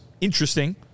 interesting